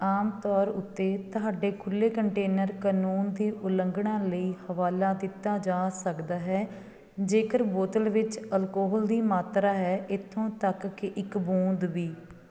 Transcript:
ਆਮ ਤੌਰ ਉੱਤੇ ਤੁਹਾਡੇ ਖੁੱਲ੍ਹੇ ਕੰਟੇਨਰ ਕਾਨੂੰਨ ਦੀ ਉਲੰਘਣਾ ਲਈ ਹਵਾਲਾ ਦਿੱਤਾ ਜਾ ਸਕਦਾ ਹੈ ਜੇਕਰ ਬੋਤਲ ਵਿੱਚ ਅਲਕੋਹਲ ਦੀ ਮਾਤਰਾ ਹੈ ਇੱਥੋਂ ਤੱਕ ਕਿ ਇੱਕ ਬੂੰਦ ਵੀ